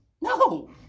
no